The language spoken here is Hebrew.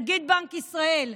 נגיד בנק ישראל,